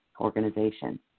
organization